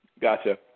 gotcha